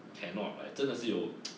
cannot like 真的是有